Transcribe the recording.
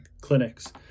clinics